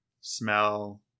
smell